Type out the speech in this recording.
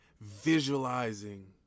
visualizing